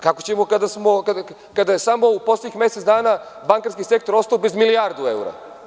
Kako ćemo kada je samo u poslednjih mesec dana bankarski sektor ostao bez milijardu evra.